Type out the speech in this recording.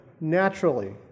naturally